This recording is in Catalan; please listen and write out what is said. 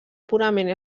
purament